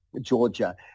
Georgia